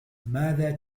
ماذا